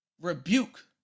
rebuke